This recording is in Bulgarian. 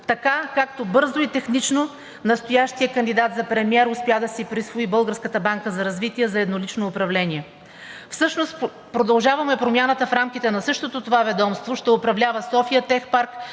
така, както бързо и технично настоящият кандидат за премиер успя да си присвои Българската банка за развитие за еднолично управление. Всъщност „Продължаваме Промяната“ в рамките на същото това ведомство ще управлява „София Тех Парк“,